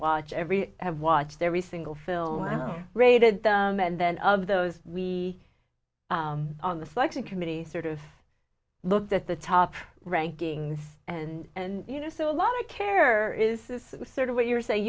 watch every have watched every single film rated them and then of those we on the selection committee sort of looked at the top rankings and you know so a lot of care is this sort of what you're saying